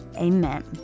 Amen